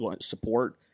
support